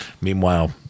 meanwhile